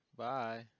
Bye